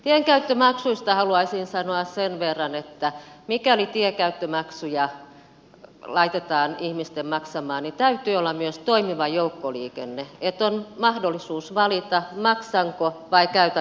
tienkäyttömaksuista haluaisin sanoa sen verran että mikäli ihmiset laitetaan maksamaan tienkäyttömaksuja täytyy olla myös toimiva joukkoliikenne että on mahdollisuus valita maksanko vai käytänkö joukkoliikennettä